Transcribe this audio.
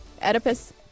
Oedipus